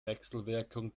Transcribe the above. wechselwirkung